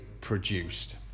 produced